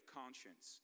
conscience